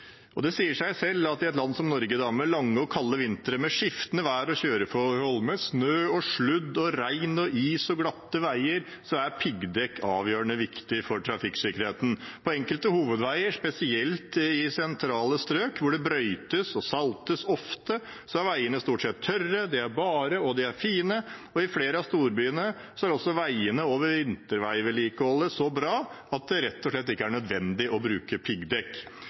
Det sier seg selv at i et land som Norge med lange og kalde vintre, med skiftende vær og kjøreforhold, med snø, sludd, regn og is og glatte veier, er piggdekk avgjørende viktig for trafikksikkerheten. På enkelte hovedveier, spesielt i sentrale strøk, hvor det brøytes og saltes ofte, er veiene stort sett tørre, bare og fine. I flere av storbyene er også veiene og vinterveivedlikeholdet så bra at det rett og slett ikke er nødvendig å bruke